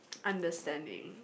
understanding